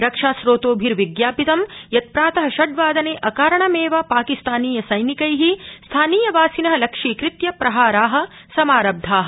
रक्षा स्रोतोभिर्जापितं यत् प्रात षड्वादने अकारणमेव पाकिस्तानीय सैनिकै स्थानीय वासिन लक्ष्यीकृत्य प्रहारा समारब्धा